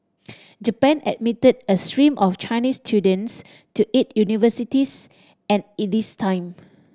Japan admitted a stream of Chinese students to its universities at this time